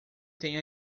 tem